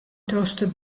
toasted